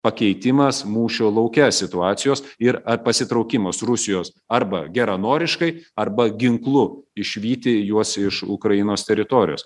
pakeitimas mūšio lauke situacijos ir ar pasitraukimas rusijos arba geranoriškai arba ginklu išvyti juos iš ukrainos teritorijos